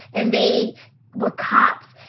and they were cops.